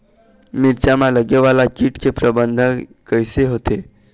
मिरचा मा लगे वाला कीट के प्रबंधन कइसे होथे?